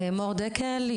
מור דקל,